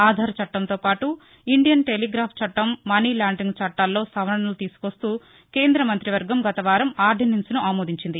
ఆధార్ చట్లంతో పాటు Indian telegraph చట్లం మనీలాండరింగ్ చట్టాలలో సవరణలు తీసుకొస్తూ కేంద్ర మంత్రి వర్గం గతవారం ఆర్దినెన్సును ఆమోదించింది